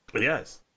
Yes